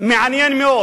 מעניין מאוד